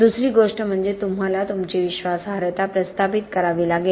दुसरी गोष्ट म्हणजे तुम्हाला तुमची विश्वासार्हता प्रस्थापित करावी लागेल